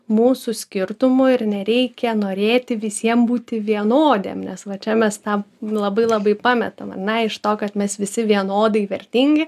mūsų skirtumų ir nereikia norėti visiem būti vienodiem nes va čia mes tą labai labai pametam ane iš to kad mes visi vienodai vertingi